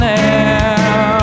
now